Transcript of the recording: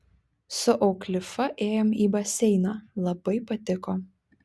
su auklifa ėjom į baseiną labai patiko